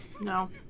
No